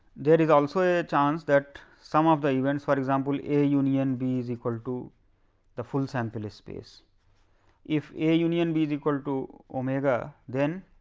there is also a chance that some of the events for example, a a union b is equal to the full sample space if a union b is equal to omega, then